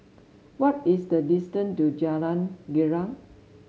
what is the distance to Jalan Girang